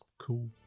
cool